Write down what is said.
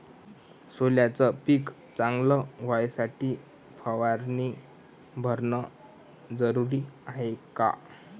सोल्याचं पिक चांगलं व्हासाठी फवारणी भरनं जरुरी हाये का?